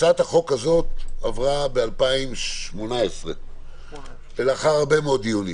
הצעת החוק הזאת עברה ב-2018 ולאחר הרבה מאוד דיונים.